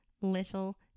little